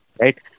right